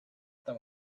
them